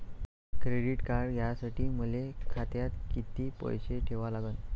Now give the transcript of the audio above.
Credit card घ्यासाठी मले खात्यात किती पैसे ठेवा लागन?